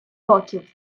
років